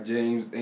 James